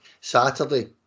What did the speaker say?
Saturday